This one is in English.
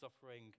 suffering